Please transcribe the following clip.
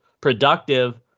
productive